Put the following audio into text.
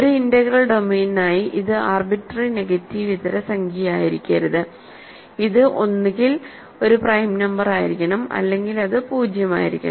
ഒരു ഇന്റഗ്രൽ ഡൊമെയ്നിനായി ഇത് ആർബിട്രറി നെഗറ്റീവ് ഇതര സംഖ്യയായിരിക്കരുത് അത് ഒന്നുകിൽ ഒരു പ്രൈം നമ്പറായിരിക്കണം അല്ലെങ്കിൽ അത് 0 ആയിരിക്കണം